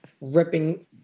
ripping